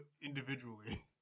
individually